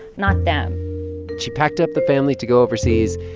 not them she packed up the family to go overseas,